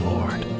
Lord